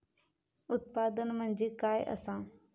उत्पादन म्हणजे काय असा?